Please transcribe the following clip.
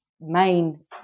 main